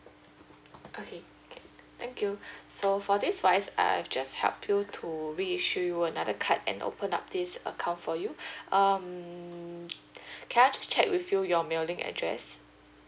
okay thank you so for this wise I've just help you to reissue you another card and open up this account for you um can I just check with you your mailing address